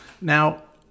Now